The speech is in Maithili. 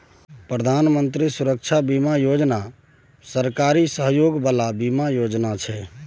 प्रधानमंत्री सुरक्षा बीमा योजना सरकारी सहयोग बला बीमा योजना छै